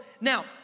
now